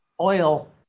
oil